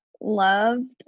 loved